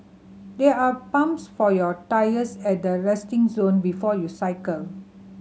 there are pumps for your tyres at the resting zone before you cycle